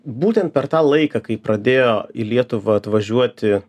būtent per tą laiką kai pradėjo į lietuvą atvažiuoti